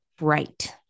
right